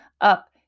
up